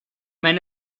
men